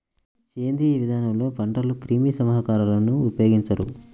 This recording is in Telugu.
సేంద్రీయ విధానంలో పంటలకు క్రిమి సంహారకాలను ఉపయోగించరు